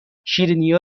شیرینیا